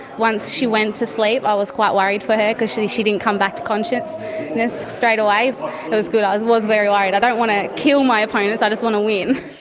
once she went to sleep i was quite worried for her, because she she didn't come back to consciousness straightaway. it was good. i was was very worried. i don't want to kill my opponents i just want to win.